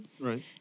Right